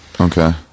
Okay